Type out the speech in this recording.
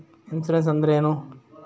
Insurance ಅಂದ್ರೇನು?